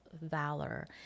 valor